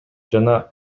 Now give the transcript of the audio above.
жана